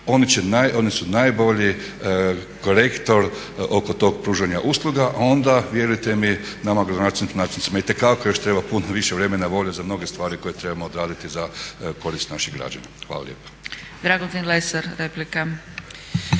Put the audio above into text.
oni su najbolji korektor oko tog pružanja usluga, a onda vjerujte mi nama gradonačelnicima, načelnicima itekako još treba puno više vremena, volje za mnoge stvari koje trebamo odraditi za korist naših građana. Hvala lijepa.